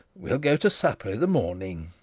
we'll go to supper i' the morning.